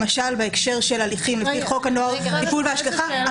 למשל בהקשר של הליכים לפי חוק הנוער טיפול והשגחה,